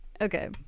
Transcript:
Okay